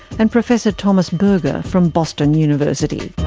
and professor thomas berger from boston university.